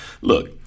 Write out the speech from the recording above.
Look